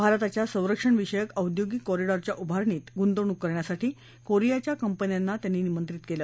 भारताच्या संरक्षणविषयक औदयोगिक कॉरिडॉरच्या उभारणीत गुंतवणूक करण्यासाठी कोरियाच्या कंपन्यांना त्यांनी निमंत्रित केलं